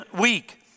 Week